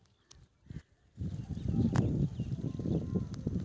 बाजरा ऊर्जा, protein, vitamin, खनिज के मुख्य स्रोत छियै